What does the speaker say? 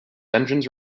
engines